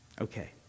Okay